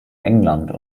england